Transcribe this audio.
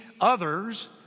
others